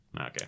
Okay